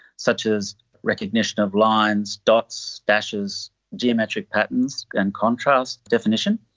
such as recognition of lines, dots, dashes, geometric patterns and contrast definition.